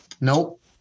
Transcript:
Nope